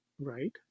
right